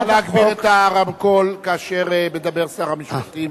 נא להגביר את הרמקול כאשר שר המשפטים מדבר.